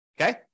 Okay